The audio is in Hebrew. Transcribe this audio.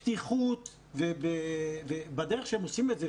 בפתיחות ובדרך שהם עושים את זה,